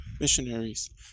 missionaries